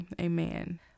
Amen